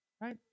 Right